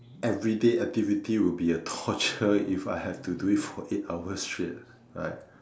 everyday activity will be a torture if I have to do it for eight hours straight right